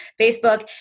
Facebook